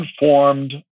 informed